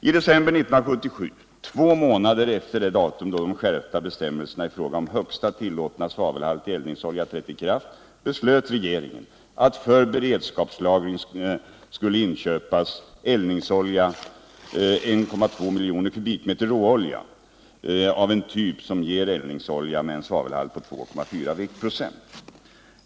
I december 1977 — två månader efter det datum då de skärpta bestämmelserna i fråga om högsta tillåtna svavelhalt i eldningsolja trätt i kraft — beslöt regeringen att det för beredskapslagring skulle inköpas 1,2 miljoner m? råolja av en typ som ger eldningsolja med en svavelhalt av 2,4 viktprocent.